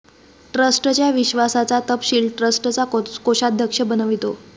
ट्रस्टच्या विश्वासाचा तपशील ट्रस्टचा कोषाध्यक्ष बनवितो